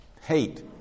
hate